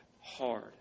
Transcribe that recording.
hard